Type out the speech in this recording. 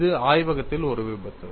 இது ஆய்வகத்தில் ஒரு விபத்து